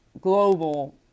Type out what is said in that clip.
global